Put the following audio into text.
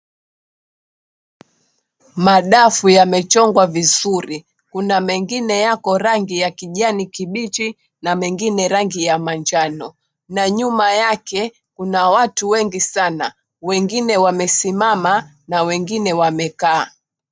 Madafu yamechongwa vizuri, kuna mengine yako rangi ya kijani kibichi na mengine manjano na nyuma yake kuna watu wengi sana, wengine wamesimama na wengine wamekaa.